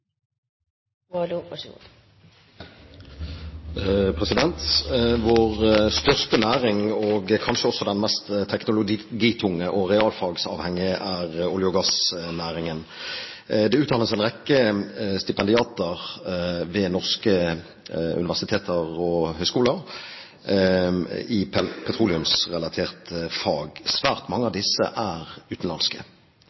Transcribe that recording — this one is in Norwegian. Vår største næring, og kanskje også den mest teknologitunge og realfagavhengige, er olje- og gassnæringen. Det utdannes en rekke stipendiater ved norske universiteter og høyskoler i petroleumsrelaterte fag. Svært mange av